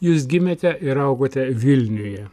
jūs gimėte ir augote vilniuje